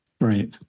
Right